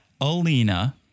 alina